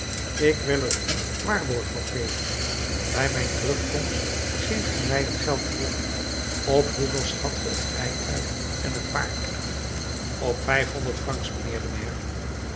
ik wil er u waarborg voor geven bij mijn terugkomst geeft ge mij het geld terug op hoeveel schat ge het rijtuig en het paard op vijfhonderd francs mijnheer de maire